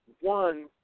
one